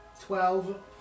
Twelve